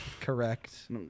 correct